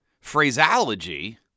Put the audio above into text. phraseology